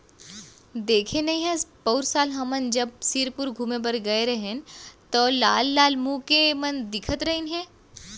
देखे नइ हस पउर साल हमन जब सिरपुर घूमें बर गए रहेन तौ लाल लाल मुंह के मन दिखत रहिन हे